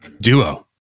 duo